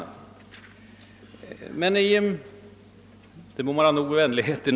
— Därmed må det vara nog med vänligheter.